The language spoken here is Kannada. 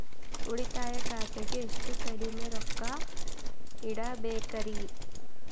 ಉಳಿತಾಯ ಖಾತೆಗೆ ಎಷ್ಟು ಕಡಿಮೆ ರೊಕ್ಕ ಇಡಬೇಕರಿ?